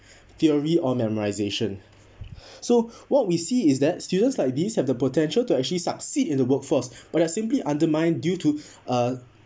theory or memorisation so what we see is that students like these have the potential to actually succeed in the workforce but are simply undermined due to uh